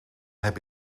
heb